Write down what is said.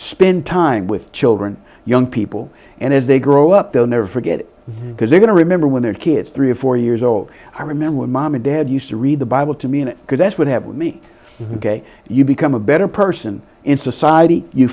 spend time with children young people and as they grow up they'll never forget it because they're going to remember when they're kids three or four years old i remember when mom and dad used to read the bible to me because that would have me ok you become a better person in society you